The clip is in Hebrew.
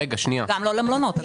גם לא למלונות.